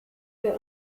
wir